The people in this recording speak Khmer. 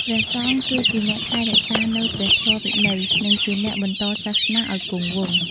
ព្រះសង្ឃគឺជាអ្នកថែរក្សានូវព្រះធម៌វិន័យ និងជាអ្នកបន្តសាសនាឲ្យគង់វង្ស។